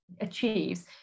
achieves